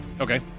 Okay